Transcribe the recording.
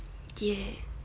yeah